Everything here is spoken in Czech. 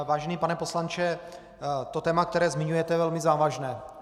Vážený pane poslanče, to téma, které zmiňujete, je velmi závažné.